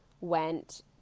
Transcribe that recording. went